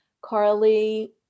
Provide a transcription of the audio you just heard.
Carly